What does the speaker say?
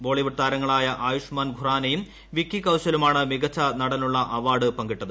ബോളിവുഡ് താരങ്ങളായു ആയുഷ്മാൻ ഖുറാനയും വിക്കി കൌശലുമാണ് മികച്ച നടനുള്ള അവാര്യ് പ്ഷങ്കിട്ടത്